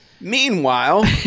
meanwhile